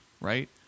right